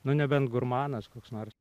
nu nebent gurmanas koks nors